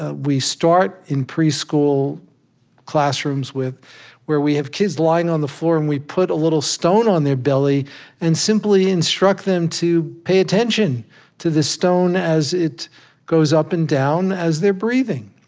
ah we start in preschool classrooms, where we have kids lying on the floor, and we put a little stone on their belly and simply instruct them to pay attention to the stone as it goes up and down as they're breathing.